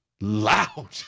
loud